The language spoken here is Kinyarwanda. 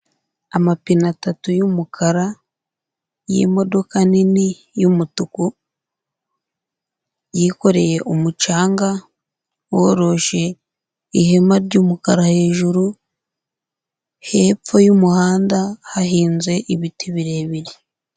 Amapine atatu y'umukara y'imodoka nini y'umutuku, yikoreye umucanga woroshe ihema ry'umukara hejuru, hepfo y'umuhanda hahinze ibiti birebire.